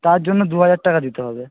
তার জন্য দুহাজার টাকা দিতে হবে